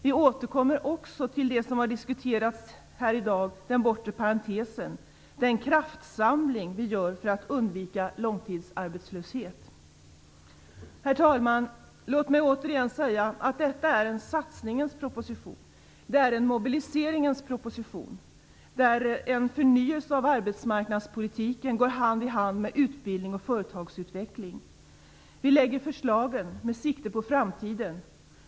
Vi återkommer också till det som har diskuterats här i dag, nämligen den bortre parentesen. Det är en kraftsamling som vi gör för att undvika långtidsarbetslöshet. Herr talman! Låt mig återigen säga att detta är en satsningens proposition. Det är en mobiliseringens proposition där en förnyelse av arbetsmarknadspolitiken går hand i hand med utbildning och företagsutveckling. Vi lägger fram förslagen med sikte på framtiden.